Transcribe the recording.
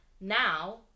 now